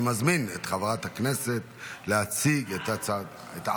אני מזמין את חברת הכנסת להציג --- עאידה.